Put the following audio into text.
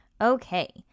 Okay